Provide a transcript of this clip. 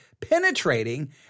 penetrating